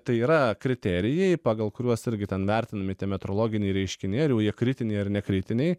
tai yra kriterijai pagal kuriuos irgi ten vertinami tie metrologiniai reiškiniai ar jau jie kritiniai ar ne kritiniai